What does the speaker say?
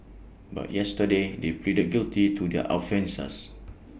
but yesterday they pleaded guilty to their offences